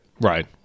Right